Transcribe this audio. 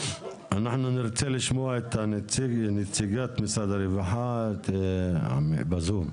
אנחנו נרצה לשמוע את נציגת משרד הרווחה, בזום.